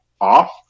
off